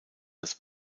als